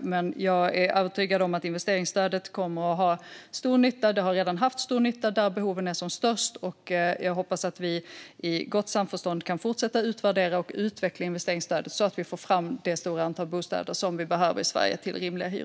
Men jag är övertygad om att investeringsstödet kommer att göra stor nytta. Det har redan gjort stor nytta där behoven är som störst. Jag hoppas att vi i gott samförstånd kan fortsätta att utvärdera och utveckla investeringsstödet så att vi får fram det stora antal bostäder med rimliga hyror som vi behöver i Sverige.